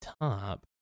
top